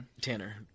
Tanner